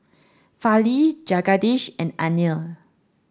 Fali Jagadish and Anil